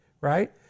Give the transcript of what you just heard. right